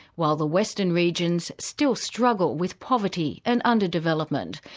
while the western regions still struggle with poverty and underdevelopment,